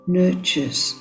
nurtures